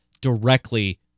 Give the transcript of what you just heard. directly